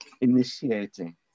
initiating